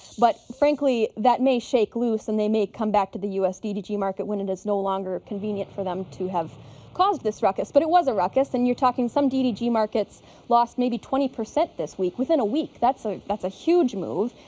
but frankly that may shake loose and they may come back to the u s. ddg market when it is no longer convenient for them to have caused this raucous but it was a raucous and you're talking some ddg markets lost maybe twenty percent this week, within a week. that's ah that's a huge move.